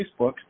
Facebook